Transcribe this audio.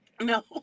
No